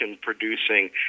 producing